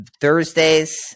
thursdays